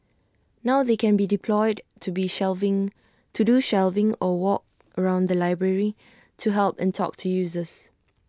now they can be deployed to be shelving to do shelving or walk around the library to help and talk to users